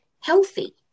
healthy